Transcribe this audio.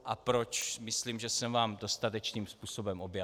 A proč, myslím, že jsem vám dostatečným způsobem objasnil.